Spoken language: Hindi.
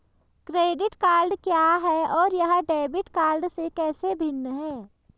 क्रेडिट कार्ड क्या है और यह डेबिट कार्ड से कैसे भिन्न है?